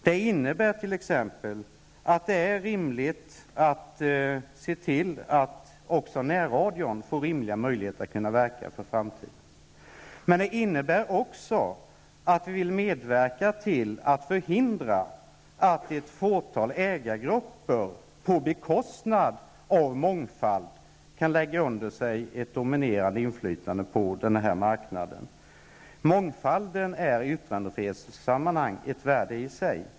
Det innebär t.ex. att det är rimligt att se till att också närradion får rimliga möjligheter att kunna verka för framtiden. Det innebär också att vi vill medverka till att förhindra att ett fåtal ägargrupper -- på bekostnad av mångfalden -- kan lägga under sig ett dominerande inflytande på denna marknad. Mångfalden är i yttrandefrihetssammanhang ett värde i sig.